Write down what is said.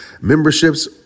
memberships